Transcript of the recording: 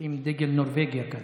לשים את דגל נורבגיה כאן?